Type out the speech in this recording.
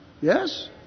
Yes